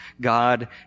God